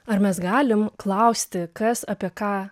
ar mes galim klausti kas apie ką